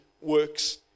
works